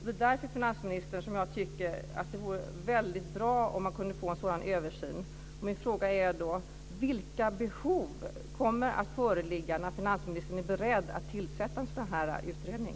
Det är därför, finansministern, som jag tycker att det vore väldigt bra om man kunde få en sådan här översyn. Min fråga är: Vilka behov måste föreligga för att finansministern ska vara beredd att tillsätta en sådan här utredning?